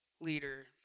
leader